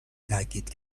تاکید